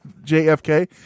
jfk